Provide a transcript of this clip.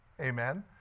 Amen